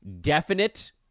definite